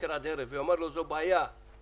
מבוקר עד ערב ויאמר לו שזאת בעיה קרדינלית